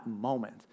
moment